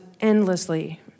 endlessly